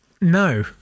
no